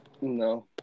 No